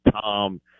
Tom